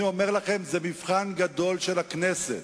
אני אומר לכם, זה מבחן גדול של הכנסת.